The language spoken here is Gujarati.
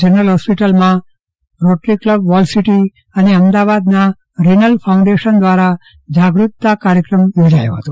જનરલ હોસ્પિટલમાં રોટરી કલબ વોલસીટી અને અમદાવાદના રેનલ ફાઉન્ડેશન દ્વારા જાગરૂકતા કાર્યકર્મ યોજાયો હતો